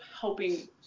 helping